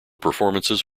performances